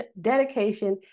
dedication